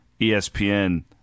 ESPN